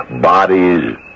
Bodies